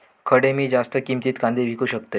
खडे मी जास्त किमतीत कांदे विकू शकतय?